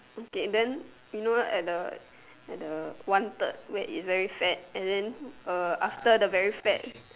okay then you know at the at the one at the one third where it's very fat and then uh after the very fat